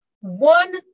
one